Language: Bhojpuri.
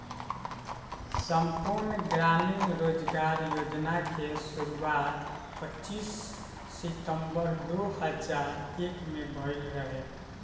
संपूर्ण ग्रामीण रोजगार योजना के शुरुआत पच्चीस सितंबर दो हज़ार एक में भइल रहे